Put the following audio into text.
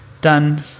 done